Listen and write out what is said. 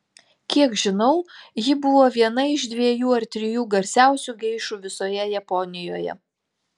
kiek žinau ji buvo viena iš dviejų ar trijų garsiausių geišų visoje japonijoje